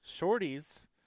shorties